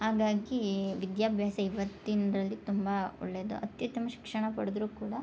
ಹಾಗಾಗಿ ವಿದ್ಯಾಭ್ಯಾಸ ಇವತಿಂದರಲ್ಲಿ ತುಂಬ ಒಳ್ಳೆಯದು ಅತ್ಯುತ್ತಮ ಶಿಕ್ಷಣ ಪಡದ್ರು ಕೂಡ